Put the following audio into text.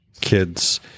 kids